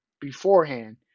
beforehand